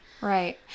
Right